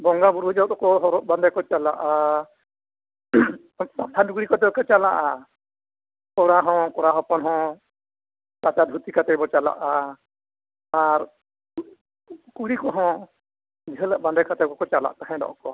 ᱵᱚᱸᱜᱟ ᱵᱳᱨᱳ ᱡᱚᱦᱚᱜ ᱫᱚᱠᱚ ᱵᱟᱸᱫᱮ ᱠᱚ ᱪᱟᱞᱟᱜᱼᱟ ᱯᱟᱴᱷᱮ ᱞᱩᱜᱽᱲᱤ ᱠᱟᱛᱮᱫ ᱦᱚᱸ ᱠᱚ ᱪᱟᱞᱟᱜᱼᱟ ᱠᱚᱲᱟ ᱦᱚᱸ ᱠᱚᱲᱟ ᱦᱚᱯᱚᱱ ᱦᱚᱸ ᱠᱟᱸᱪᱟ ᱫᱷᱩᱛᱤ ᱠᱟᱛᱮᱫ ᱠᱚ ᱪᱟᱞᱟᱜᱼᱟ ᱟᱨ ᱠᱩᱲᱤ ᱠᱚ ᱦᱚᱸ ᱡᱷᱟᱹᱞᱟᱜ ᱵᱟᱸᱫᱮ ᱠᱟᱛᱮᱫ ᱪᱟᱞᱟᱜ ᱛᱟᱦᱮᱸ ᱱᱟᱠᱚ